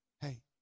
Hey